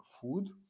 food